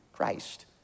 Christ